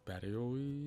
perėjau į